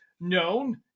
known